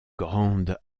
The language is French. grande